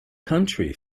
country